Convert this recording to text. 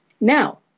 Now